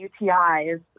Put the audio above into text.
UTIs